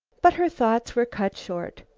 but her thoughts were cut short.